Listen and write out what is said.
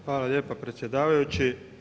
Hvala lijepa predsjedavajući.